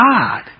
God